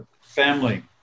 family